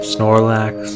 Snorlax